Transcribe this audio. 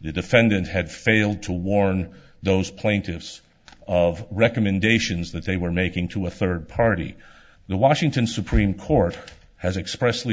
the defendant had failed to warn those plaintiffs of recommendations that they were making to a third party the washington supreme court has express